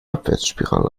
abwärtsspirale